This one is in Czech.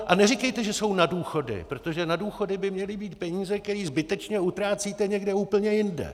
A neříkejte, že jsou na důchody, protože na důchody by měly být peníze, které zbytečně utrácíte někde úplně jinde.